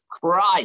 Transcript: Christ